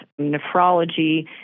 nephrology